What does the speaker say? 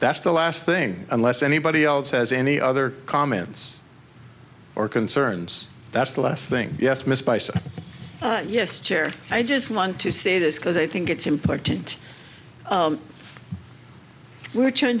that's the last thing unless anybody else has any other comments or concerns that's the last thing yes miss bison yes chair i just want to say this because i think it's important we're trying